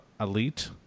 Elite